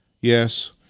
Yes